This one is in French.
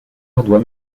doit